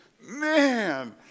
Man